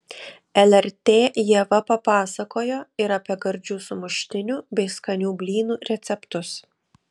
lrt ieva papasakojo ir apie gardžių sumuštinių bei skanių blynų receptus